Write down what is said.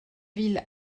ville